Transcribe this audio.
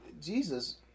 Jesus